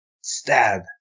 Stab